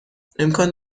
امکان